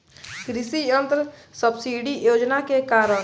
कृषि यंत्र सब्सिडी योजना के कारण?